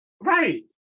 Right